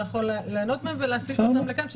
יכול ליהנות מהם ולהסיט אותם לכאן,